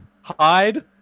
Hide